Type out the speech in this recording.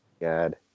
God